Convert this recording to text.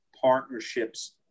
partnerships